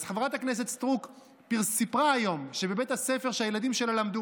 אז חברת הכנסת סטרוק סיפרה היום שבבית הספר שבו הילדים שלה למדו,